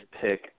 pick